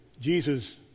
Jesus